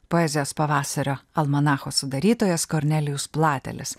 poezijos pavasario almanacho sudarytojas kornelijus platelis